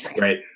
Right